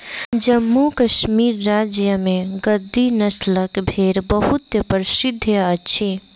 जम्मू कश्मीर राज्य में गद्दी नस्लक भेड़ बहुत प्रसिद्ध अछि